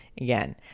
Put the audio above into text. Again